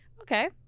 Okay